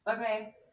Okay